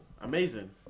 Amazing